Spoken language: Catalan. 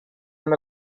amb